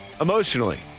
emotionally